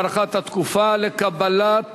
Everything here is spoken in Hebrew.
הארכת התקופה לקבלת